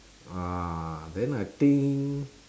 ah then I think